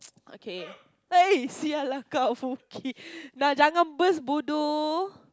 okay eh sia lah